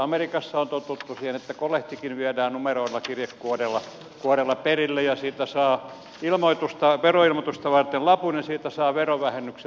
amerikassa on totuttu siihen että kolehtikin viedään numeroidulla kirjekuorella perille ja siitä saa veroilmoitusta varten lapun ja siitä saa verovähennyksen